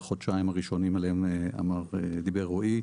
החודשיים הראשונים עליהם דיבר רועי,